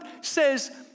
says